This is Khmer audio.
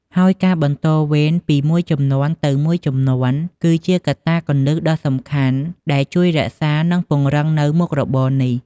ហើយការបន្តវេនពីមួយជំនាន់ទៅមួយជំនាន់គឺជាកត្តាគន្លឹះដ៏សំខាន់ដែលជួយរក្សានិងពង្រឹងនូវមុខរបរនេះ។